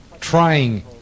trying